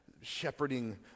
shepherding